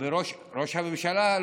ראש הממשלה.